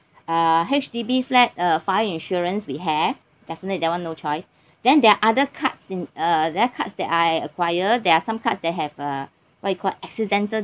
uh H_D_B flat uh fire insurance we have definitely that one no choice then there're other cards in uh the others cards that I acquire there are some cards that have uh what you called accidental